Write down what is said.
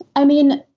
i mean,